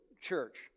Church